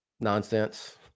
nonsense